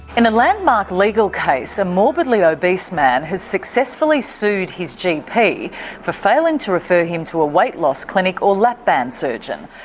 and a landmark legal case, a morbidly obese man has successfully sued his gp for failing to refer him to a weight loss clinic or lap-band surgeon,